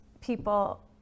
people